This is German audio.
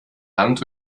hand